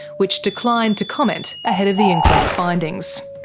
which declined to comment ahead of the inquest's findings.